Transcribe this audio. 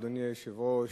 אדוני היושב-ראש,